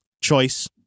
choice